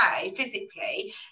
physically